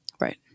Right